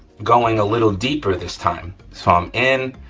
going a little deeper this time. so, i'm in,